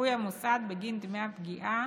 בשיפוי המוסד בגין דמי הפגיעה